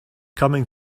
coming